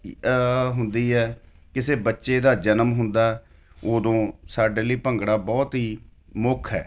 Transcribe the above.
ਹੁੰਦੀ ਹੈ ਕਿਸੇ ਬੱਚੇ ਦਾ ਜਨਮ ਹੁੰਦਾ ਉਦੋਂ ਸਾਡੇ ਲਈ ਭੰਗੜਾ ਬਹੁਤ ਹੀ ਮੁੱਖ ਹੈ